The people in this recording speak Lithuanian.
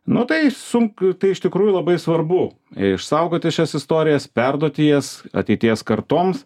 nu tai sunku tai iš tikrųjų labai svarbu išsaugoti šias istorijas perduoti jas ateities kartoms